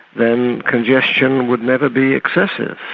then congestion would never be excessive.